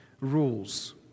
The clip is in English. rules